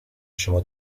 شما